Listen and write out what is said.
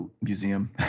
museum